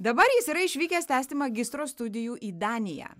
dabar jis yra išvykęs tęsti magistro studijų į daniją